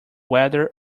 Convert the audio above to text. weather